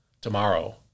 Tomorrow